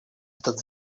этот